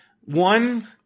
one